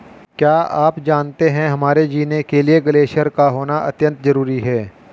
क्या आप जानते है हमारे जीने के लिए ग्लेश्यिर का होना अत्यंत ज़रूरी है?